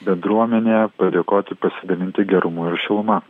bendruomenė padėkoti pasidalinti gerumu ir šiluma